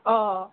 অঁ